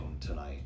tonight